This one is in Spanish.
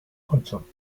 ocho